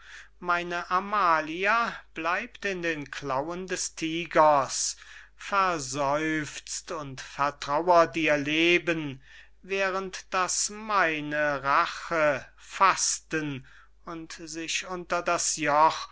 meine amalia bleibt in den klauen des tygers verseufzt und vertrauert ihr leben während daß meine rache fasten und sich unter das joch